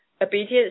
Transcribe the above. Obedience